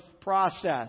process